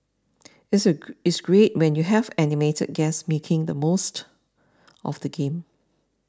it's a it's great when you have animated guests making the most of the game